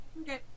Okay